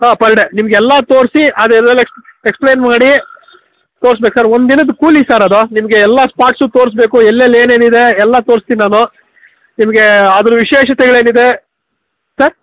ಹಾಂ per day ನಿಮಗೆಲ್ಲ ತೋರಿಸಿ ಅದೆಲ್ಲೆಲ್ಲಿ ಎಕ್ಸ್ಪ್ಲೈನ್ ಮಾಡಿ ತೋರ್ಸ್ಬೇಕು ಸರ್ ಒಂದು ದಿನದ ಕೂಲಿ ಸರ್ ಅದು ನಿಮಗೆಲ್ಲ ಸ್ಪಾಟ್ಸು ತೋರ್ಸ್ಬೇಕು ಎಲ್ಲೆಲ್ಲೇನೇನಿದೆ ಎಲ್ಲ ತೋರ್ಸ್ತೀನಿ ನಾನು ನಿಮಗೆ ಅದರ ವಿಶೇಷತೆಗಳೇನಿದೆ ಸರ್